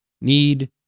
need